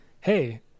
hey